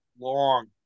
long